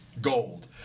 gold